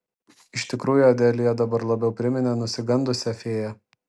iš tikrųjų adelija dabar labiau priminė nusigandusią fėją